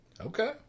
Okay